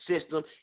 system